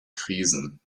krisen